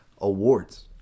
awards